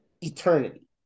eternity